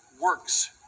works